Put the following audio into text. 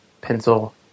pencil